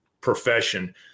profession